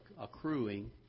accruing